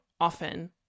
often